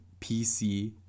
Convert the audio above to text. PC